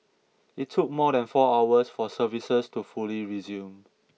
it took more than four hours for services to fully resume